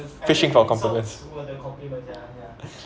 fishing for compliments